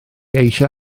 eisiau